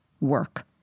work